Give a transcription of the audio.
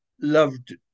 loved